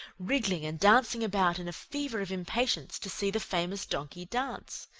wriggling and dancing about in a fever of impatience to see the famous donkey dance.